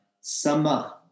Sama